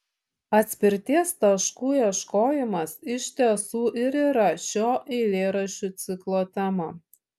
atspirties taškų ieškojimas iš tiesų ir yra šio eilėraščių ciklo tema